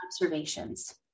observations